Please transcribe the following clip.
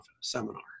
seminar